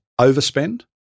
overspend